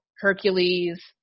Hercules